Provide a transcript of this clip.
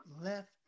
left